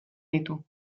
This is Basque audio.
ditu